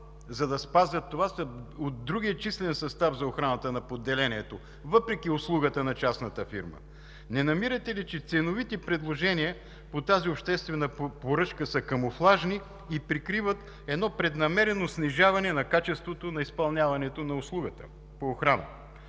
да отделят от другия числен състав за охраната на поделението, за да спазят това, въпреки услугата на частната фирма? Не намирате ли, че ценовите предложения по тази обществена поръчка са камуфлажни и прикриват едно преднамерено снижаване на качеството на изпълняването на услугата по охрана?